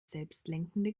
selbstlenkende